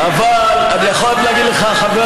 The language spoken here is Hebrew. זה לא נכון לגביי.